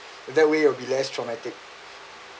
that way will be less traumatic